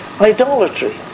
Idolatry